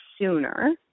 sooner